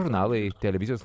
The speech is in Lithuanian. žurnalai televizijos